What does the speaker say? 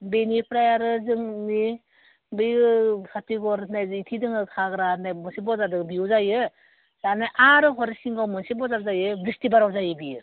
बेनिफ्राय आरो जोंनि बेयो हाटिगर होननाय जेथिं दङो खाग्रा होननाय मोनसे बाजार दं बैयाव जायो दाना आरो हरिसिंगायाव मोनसे बाजार जायो बिस्तिबाराव जायो बेयो